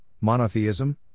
monotheism